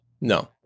No